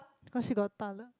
because she got taller